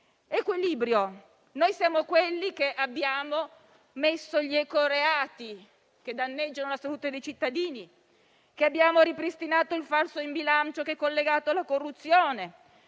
all'equilibrio, siamo quelli che hanno introdotto gli ecoreati, che danneggiano la salute dei cittadini, e hanno ripristinato il falso in bilancio, che è collegato alla corruzione.